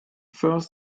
first